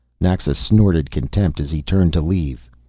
naxa snorted contempt as he turned to leave.